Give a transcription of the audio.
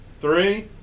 Three